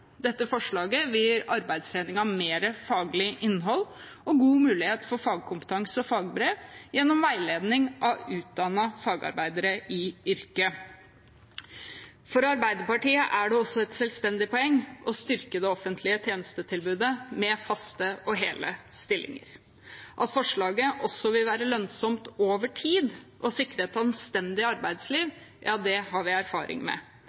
Dette forslaget vil gi arbeidstreningen mer faglig innhold og god mulighet for fagkompetanse og fagbrev gjennom veiledning av utdannede fagarbeidere i yrket. For Arbeiderpartiet er det også et selvstendig poeng å styrke det offentlige tjenestetilbudet med faste og hele stillinger. At forslaget også vil være lønnsomt over tid og sikre et anstendig arbeidsliv, har vi erfaring med.